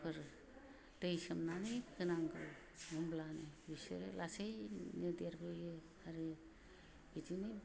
एंखुर दै सोमनानै होनांगौ होमब्लानो बिसोरो लासैनो देरबोयो आरो बिदिनो